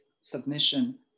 submission